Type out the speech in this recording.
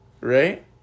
right